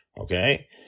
Okay